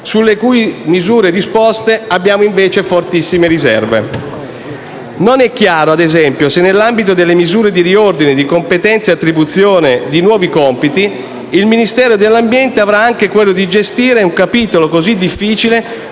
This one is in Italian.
della Regione Campania, abbiamo invece fortissime riserve. Non è chiaro - ad esempio - se, nell'ambito delle misure di ordine di competenze e attribuzioni di nuovi compiti, il Ministero dell'ambiente avrà anche quello di gestire un capitolo così difficile